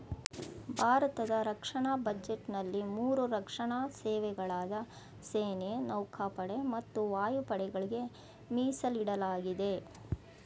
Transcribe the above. ಭಾರತದ ರಕ್ಷಣಾ ಬಜೆಟ್ನಲ್ಲಿ ಮೂರು ರಕ್ಷಣಾ ಸೇವೆಗಳಾದ ಸೇನೆ ನೌಕಾಪಡೆ ಮತ್ತು ವಾಯುಪಡೆಗಳ್ಗೆ ಮೀಸಲಿಡಲಾಗಿದೆ